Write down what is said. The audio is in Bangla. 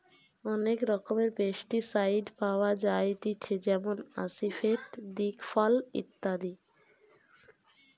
অনেক রকমের পেস্টিসাইড পাওয়া যায়তিছে যেমন আসিফেট, দিকফল ইত্যাদি